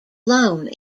alone